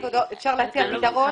אפשר להציע פתרון?